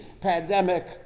pandemic